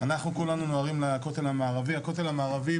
אנחנו כולנו נוהרים לכותל המערבי הכותל המערבי,